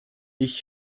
ich